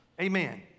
Amen